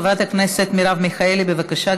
חברת הכנסת מרב מיכאלי, בבקשה,